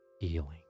healing